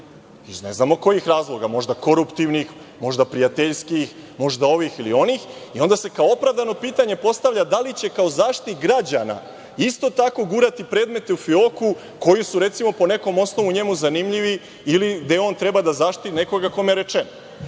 iz ne znam kojih razloga. Možda koruptivnih, možda prijateljskih, možda ovih ili onih i onda se kao opravdano postavlja pitanje da li će kao Zaštitnik građana isto tako gurati predmete u fioku koji su, recimo, po nekom osnovu, njemu zanimljivi ili gde on treba da zaštiti nekoga kome je rečeno. Pazite,